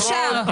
אפשר.